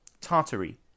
Tartary